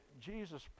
Jesus